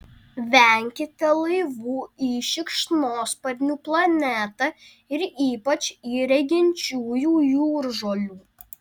venkite laivų į šikšnosparnių planetą ir ypač į reginčiųjų jūržolių